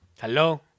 Hello